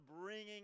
bringing